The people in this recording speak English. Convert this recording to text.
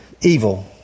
evil